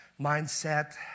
mindset